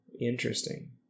Interesting